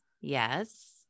Yes